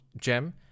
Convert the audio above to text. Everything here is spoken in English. gem